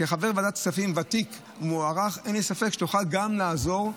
כחבר ועדת כספים ותיק ומוערך אין לי ספק שתוכל גם לעזור.